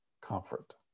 comfort